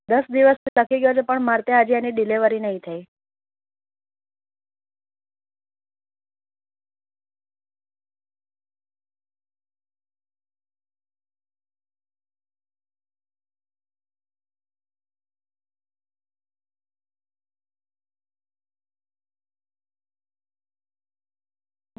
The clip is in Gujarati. દસ દિવસથી લખી ગયો છે પણ મારે ત્યાં હજી એની ડિલિવરી નહીં થઈ